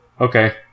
Okay